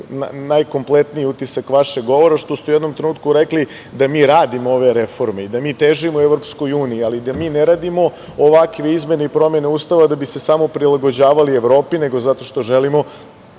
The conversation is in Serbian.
najkompletniji utisak vašeg govora jeste što ste u jednom trenutku rekli da mi radimo ove reforme i da mi težimo EU, ali da mi ne radimo ovakve izmene i promene Ustava da bi se samo prilagođavali Evropi, nego zato što želimo